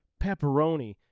pepperoni